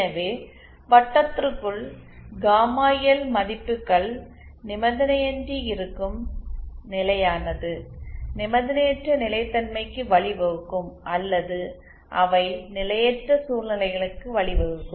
எனவே வட்டத்திற்குள் gamma L மதிப்புகள் நிபந்தனையின்றி இருக்கும் நிலையானது நிபந்தனையற்ற நிலைத்தன்மைக்கு வழிவகுக்கும் அல்லது அவை நிலையற்ற சூழ்நிலைகளுக்கு வழிவகுக்கும்